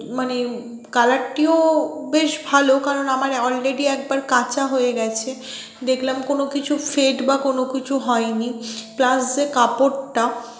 মানে কালারটিও বেশ ভালো কারণ আমার অলরেডি একবার কাচা হয়ে গেছে দেখলাম কোনো কিছু ফেড বা কোন কিছু হয় নি প্লাস যে কাপড়টা